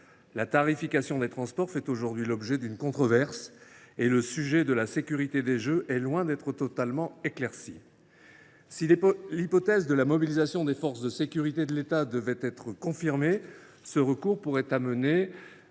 La tarification des transports fait aujourd’hui l’objet d’une controverse et le sujet de la sécurité des Jeux est loin d’être totalement éclairci. Si l’hypothèse de la mobilisation des forces de sécurité de l’État devait être confirmée, ce recours pourrait générer